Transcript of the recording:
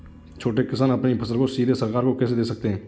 छोटे किसान अपनी फसल को सीधे सरकार को कैसे दे सकते हैं?